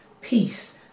peace